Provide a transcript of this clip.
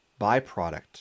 byproduct